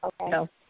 okay